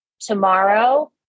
tomorrow